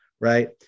right